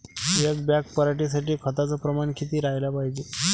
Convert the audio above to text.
एक बॅग पराटी साठी खताचं प्रमान किती राहाले पायजे?